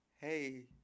Hey